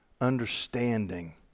understanding